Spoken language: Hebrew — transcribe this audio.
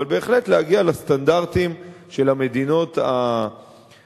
אבל בהחלט להגיע לסטנדרטים של המדינות המתקדמות.